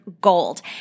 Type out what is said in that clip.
gold